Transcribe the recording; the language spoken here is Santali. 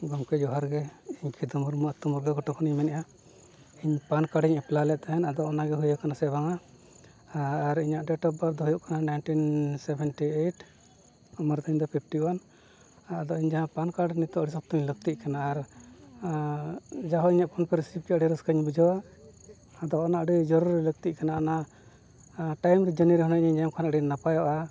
ᱜᱚᱢᱠᱮ ᱡᱚᱦᱟᱨ ᱜᱮ ᱤᱧ ᱠᱷᱮᱛᱚ ᱢᱩᱨᱢᱩ ᱟᱛᱳ ᱢᱩᱨᱜᱟᱹ ᱜᱷᱩᱴᱩ ᱠᱷᱚᱱᱤᱧ ᱢᱮᱱᱮᱫᱼᱟ ᱤᱧ ᱯᱮᱱ ᱠᱟᱨᱰ ᱤᱧ ᱮᱯᱞᱟᱭ ᱞᱮᱫ ᱛᱟᱦᱮᱱ ᱟᱫᱚ ᱚᱱᱟᱜᱮ ᱦᱩᱭᱟᱠᱟᱱᱟ ᱥᱮ ᱵᱟᱝᱼᱟ ᱟᱨ ᱤᱧᱟᱹᱜ ᱰᱮᱴ ᱚᱯᱷ ᱵᱟᱨᱛᱷ ᱫᱚ ᱦᱩᱭᱩᱜ ᱠᱟᱱᱟ ᱱᱟᱭᱤᱱᱴᱤᱱ ᱥᱮᱵᱷᱮᱱᱴᱤ ᱮᱭᱤᱴ ᱩᱢᱮᱨ ᱛᱤᱧᱫᱚ ᱯᱷᱤᱯᱽᱴᱤ ᱳᱣᱟᱱ ᱟᱫᱚ ᱤᱧ ᱡᱟᱦᱟᱸ ᱯᱮᱱ ᱠᱟᱨᱰ ᱱᱤᱛᱳᱜ ᱟᱹᱰᱤ ᱥᱚᱯᱛᱚᱧ ᱞᱟᱹᱠᱛᱤᱜ ᱠᱟᱱᱟ ᱟᱨ ᱡᱟᱭᱦᱳᱠ ᱤᱧᱟᱹᱜ ᱯᱷᱳᱱ ᱯᱮ ᱨᱤᱥᱤᱵᱷ ᱠᱮᱫᱟ ᱟᱹᱰᱤ ᱨᱟᱹᱥᱠᱟᱹᱧ ᱵᱩᱡᱷᱟᱹᱣᱟ ᱟᱫᱚ ᱚᱱᱟ ᱟᱹᱰᱤ ᱡᱳᱨ ᱞᱟᱹᱠᱛᱤᱜ ᱠᱟᱱᱟ ᱚᱱᱟ ᱴᱟᱭᱤᱢ ᱡᱟᱹᱱᱤᱨᱮᱦᱚᱸ ᱤᱧ ᱧᱟᱢ ᱠᱷᱟᱱ ᱟᱹᱰᱤ ᱱᱟᱯᱟᱭᱚᱜᱼᱟ